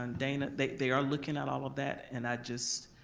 and and they they are looking at all of that. and i just,